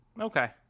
Okay